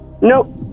Nope